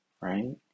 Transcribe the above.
right